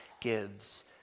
gives